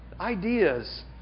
Ideas